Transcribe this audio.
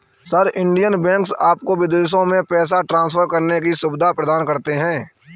sir, Indian banks आपको विदेशों में पैसे ट्रान्सफर करने की सुविधा प्रदान करते हैं